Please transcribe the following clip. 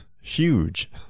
huge